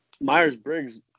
Myers-Briggs